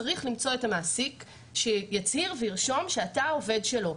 צריך למצוא את המעסיק שיצהיר וירשום שאתה עובד שלו.